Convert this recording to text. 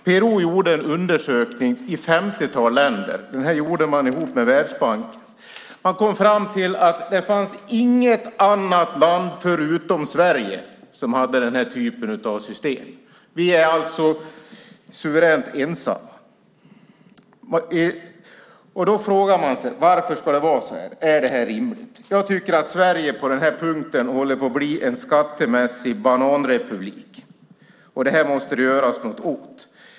PRO gjorde ihop med Världsbanken en undersökning i ett 50-tal länder. De kom fram till att det inte finns något land förutom Sverige som har den här typen av system. Vi är alltså ensamma om det. Då frågar man sig: Varför ska det vara så här? Är det rimligt? Jag tycker att Sverige på den här punkten håller på att bli en skattemässig bananrepublik, och det måste det göras något åt.